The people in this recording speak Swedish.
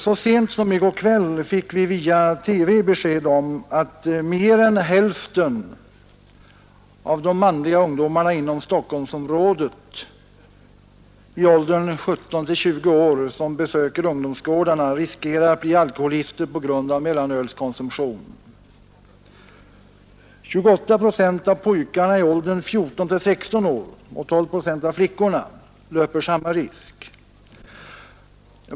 Så sent som i går kväll fick vi via TV besked om att mer än hälften av de manliga ungdomarna inom Stockholmsområdet i åldern 17—20 år som besöker ungdomsgårdarna riskerar att bli alkoholister på grund av mellanölskonsumtion. 28 procent av pojkarna i åldern 14—16 år och 12 procent av flickorna löper samma risk.